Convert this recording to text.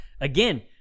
again